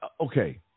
okay